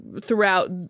throughout